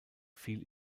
fiel